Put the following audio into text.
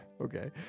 Okay